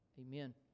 Amen